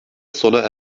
sona